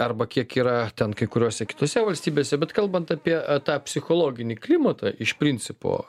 arba kiek yra ten kai kuriose kitose valstybėse bet kalbant apie tą psichologinį klimatą iš principo